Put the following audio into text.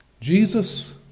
Jesus